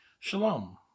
Shalom